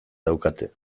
daukate